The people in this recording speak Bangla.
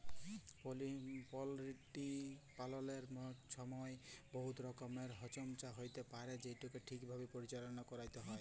পলটিরি পাললের ছময় বহুত রকমের ছমচ্যা হ্যইতে পারে যেটকে ঠিকভাবে পরিচাললা ক্যইরতে হ্যয়